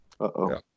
uh-oh